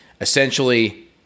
essentially